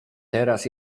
teraz